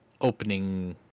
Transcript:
opening